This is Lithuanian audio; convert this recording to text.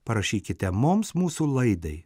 parašykite mums mūsų laidai